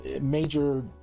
major